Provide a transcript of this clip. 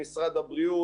למשרד הבריאות,